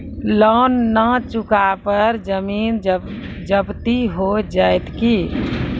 Loan न चुका पर जमीन जब्ती हो जैत की?